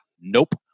Nope